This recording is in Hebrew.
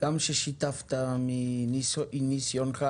גם ששיתפת מניסיונך,